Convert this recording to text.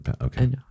Okay